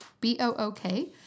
B-O-O-K